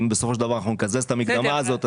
אם בסופו של דבר אנחנו נקזז את המקדמה הזאת,